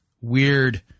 weird